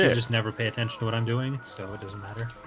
yeah just never pay attention to what i'm doing so doesn't matter